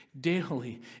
daily